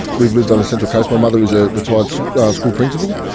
we've lived on the central coast, my mother is a retired school principal.